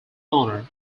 honor